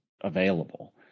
available